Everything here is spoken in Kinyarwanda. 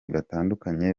batandukanye